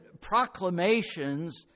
proclamations